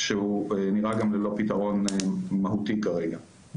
שהוא גם נראה ללא פתרון מהותי כרגע.